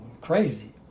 crazy